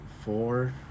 Four